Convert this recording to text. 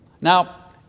Now